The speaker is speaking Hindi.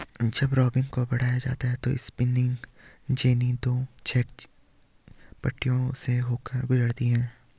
जब रोविंग को बढ़ाया जाता है स्पिनिंग जेनी दो क्षैतिज पट्टियों से होकर गुजरती है